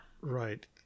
Right